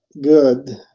good